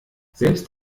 selbst